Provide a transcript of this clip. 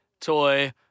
toy